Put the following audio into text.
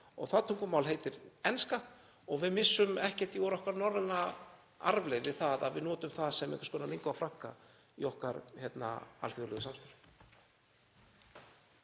og það tungumál heitir enska. Við missum ekkert úr okkar norrænu arfleifð við það að við notum það sem einhvers konar „lingua franca“ í okkar alþjóðlega samstarfi.